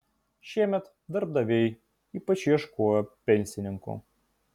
šiemet darbdaviai ypač ieškojo pensininkų